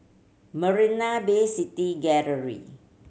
Marina Bay City Gallery